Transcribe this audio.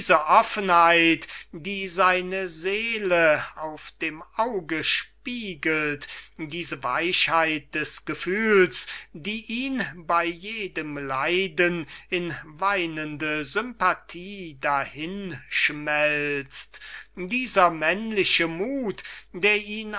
offenheit die seine seele auf dem auge spiegelt diese weichheit des gefühls die ihn bei jedem leiden in weinende sympathie dahinschmelzt dieser männliche muth der ihn